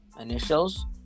initials